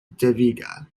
deviga